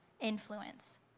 influence